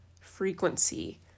frequency